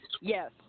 Yes